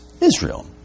Israel